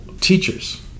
teachers